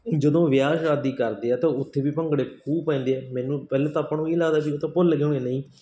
ਜਦੋਂ ਵਿਆਹ ਸ਼ਾਦੀ ਕਰਦੇ ਆ ਤਾਂ ਉੱਥੇ ਵੀ ਭੰਗੜੇ ਖੂਬ ਪੈਂਦੇ ਆ ਮੈਨੂੰ ਪਹਿਲਾਂ ਤਾਂ ਆਪਾਂ ਨੂੰ ਇਹ ਲੱਗਦਾ ਸੀ ਉਹ ਤਾਂ ਭੁੱਲ ਗਏ ਹੋਣਗੇ ਨਹੀਂ